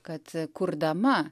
kad kurdama